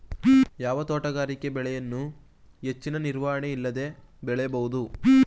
ಯಾವ ತೋಟಗಾರಿಕೆ ಬೆಳೆಯನ್ನು ಹೆಚ್ಚಿನ ನಿರ್ವಹಣೆ ಇಲ್ಲದೆ ಬೆಳೆಯಬಹುದು?